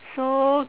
so